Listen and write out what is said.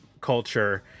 culture